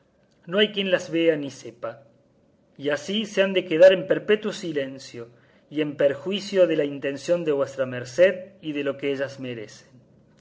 no hay quien las vea ni sepa y así se han de quedar en perpetuo silencio y en perjuicio de la intención de vuestra merced y de lo que ellas merecen